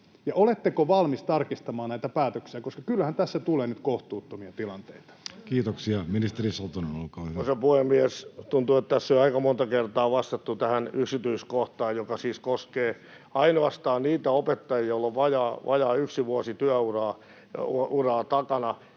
oletteko valmis tarkistamaan näitä päätöksiä, koska kyllähän tässä tulee nyt kohtuuttomia tilanteita? Kiitoksia. — Ministeri Satonen, olkaa hyvä. Arvoisa puhemies! Tuntuu, että tässä on jo aika monta kertaa vastattu tähän yksityiskohtaan, joka siis koskee ainoastaan niitä opettajia, joilla on vajaa yksi vuosi työuraa takana